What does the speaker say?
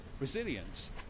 resilience